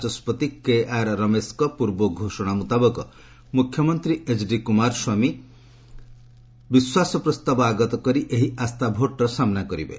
ବାଚସ୍କତି କେଆର୍ ରମେଶଙ୍କ ପୂର୍ବ ଘୋଷଣା ମୁତାବକ ମୁଖ୍ୟମନ୍ତ୍ରୀ ଏଚ୍ଡି କୁମାରସ୍ୱାମୀ ବିଶ୍ୱାସ ପ୍ରସ୍ତାବ ଆଗତ କରି ଏହି ଆସ୍ଥା ଭୋଟ୍ର ସାମ୍ବା କରିବେ